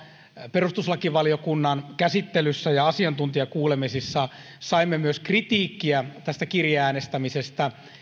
perustuslakivaliokunnan käsittelyssä ja asiantuntijakuulemisissa saimme myös kritiikkiä tästä kirjeäänestämisestä